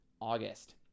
august